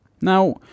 Now